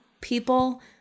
people